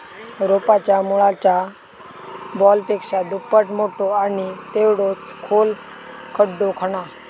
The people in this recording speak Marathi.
रोपाच्या मुळाच्या बॉलपेक्षा दुप्पट मोठो आणि तेवढोच खोल खड्डो खणा